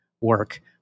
work